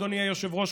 אדוני היושב-ראש,